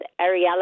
Ariella